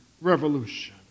Revolution